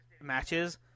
matches